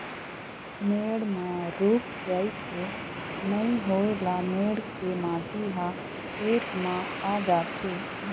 मेड़ म रूख राई के नइ होए ल मेड़ के माटी ह खेत म आ जाथे